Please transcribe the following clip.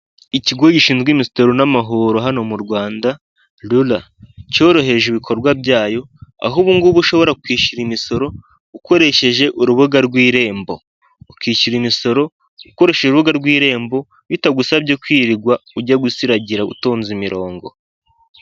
Ikigo gishinzwe imitero n'amahoro hano mu Rwanda rura, cyoroheje ibikorwa byayo, aho ubu ngubu ushobora kwishyura imisoro ukoresheje urubuga rw' irembo, ukishyura imisoro ukoresha urubuga rw'irembo bitagusabye kwirigwa ujye gusiragira utonze imirongo.